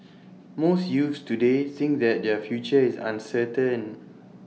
most youths today think that their future is uncertain